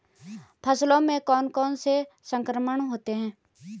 फसलों में कौन कौन से संक्रमण होते हैं?